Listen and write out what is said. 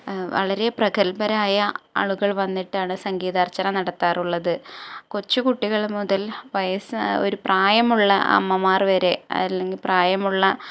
വളരെ പ്രഗൽഭരായ ആളുകൾ വന്നിട്ടാണ് സംഗീതാർച്ചന നടത്താറുള്ളത് കൊച്ചുകുട്ടികൾ മുതൽ ഒരു പ്രായമുള്ള അമ്മമാർ വരെ അല്ലെങ്കിൽ പ്രായമുള്ള